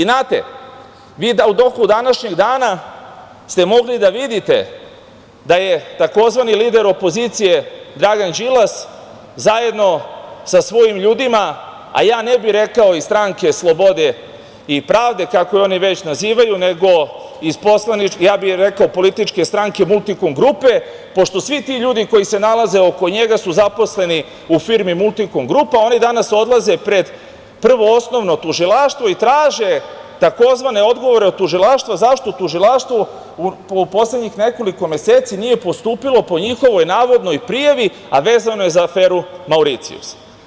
Znate, u toku današnjeg dana ste mogli da vidite da je tzv. lider opozicije Dragan Đilas zajedno sa svojim ljudima, a ne bih rekao iz stranke SSP, kako je oni već nazivaju, nego iz rekao bih iz političke stranke „Multikom grupe“, pošto svi ti ljudi koji se nalaze oko njega su zaposleni u firmi „Multikom grupa“, oni danas odlaze pred Prvo osnovno tužilaštvo i traže takozvane odgovore od Tužilaštva zašto Tužilaštvo u poslednjih nekoliko meseci nije postupilo po njihovoj navodnoj prijavi, vezano je za aferu Mauricijus.